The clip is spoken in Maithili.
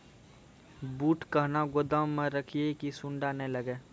बूट कहना गोदाम मे रखिए की सुंडा नए लागे?